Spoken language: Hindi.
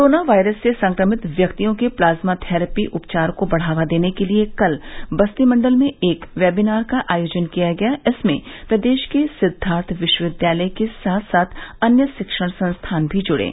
कोरोना वायरस से संक्रमित व्यक्तियों के प्लाज्मा थेरेपी उपचार को बढ़ावा देने के लिए कल बस्ती मण्डल में एक वेबिनार का आयोजन किया गया इसमें प्रदेश के सिद्वार्थ विश्वविद्यालय के साथ साथ अन्य शिक्षण संस्थान भी जुड़े